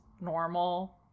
normal